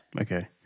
Okay